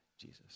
Jesus